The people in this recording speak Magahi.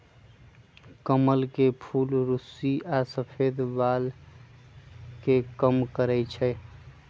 कमल के फूल रुस्सी आ सफेद बाल के कम करई छई